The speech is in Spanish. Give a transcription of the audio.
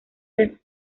del